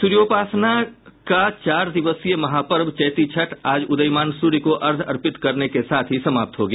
सूर्योपासना का चार दिवसीय महापर्व चैती छठ आज उदयीयमान सूर्य को अर्घ्य अर्पित करने के साथ ही समाप्त हो गया